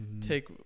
Take